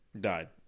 Died